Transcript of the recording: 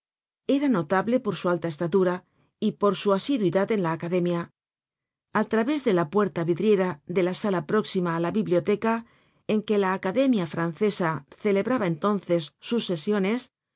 era notable por su alta estatura y por su asiduidad en la academia al través de la puerta vidriera de la sala próxima á la biblioteca en que la academia francesa celebraba entonces sus sesiones